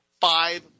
five